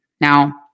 Now